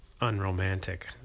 unromantic